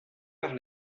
par